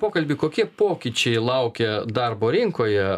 pokalbį kokie pokyčiai laukia darbo rinkoje